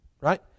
right